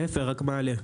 להיפך, רק מעלה.